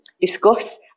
discuss